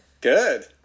Good